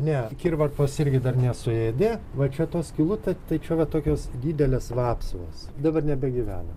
ne kirvarpos irgi dar nesuėdė va čia tos skylutės tai čia va tokios didelės vapsvos dabar nebegyvena